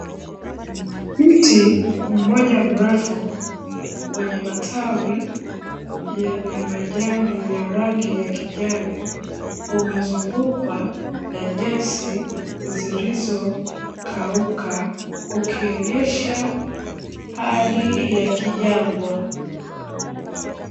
Mti mmoja mrefu, wenye matawi yenye majani ya rangi ya kijani, umezungukwa na nyasi zilizokauka, ukionyesha hali ya kijangwa.